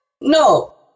No